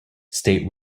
state